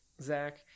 Zach